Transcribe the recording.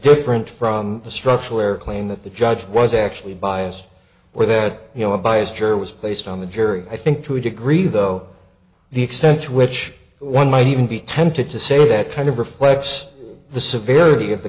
different from the structural error claim that the judge was actually biased or that you know a biased juror was placed on the jury i think to a degree though the extent to which one might even be tempted to say that kind of reflects the severity of the